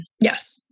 Yes